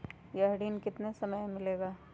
यह ऋण कितने समय मे मिलेगा?